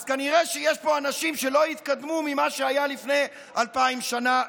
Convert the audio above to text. אז כנראה שיש פה אנשים שלא התקדמו ממה שהיה לפני אלפיים שנה,